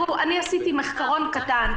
עשיתי מחקרון קטן.